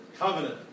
covenant